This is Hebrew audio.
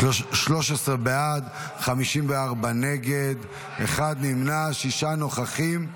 13 בעד, 54 נגד, אחד נמנע, שישה נוכחים.